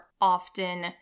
often